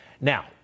Now